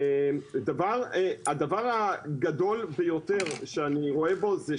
משבר האקלים הוא האתגר הגדול ביותר שעומד בפני